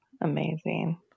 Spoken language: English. Amazing